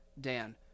Dan